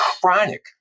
chronic